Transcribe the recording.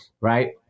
right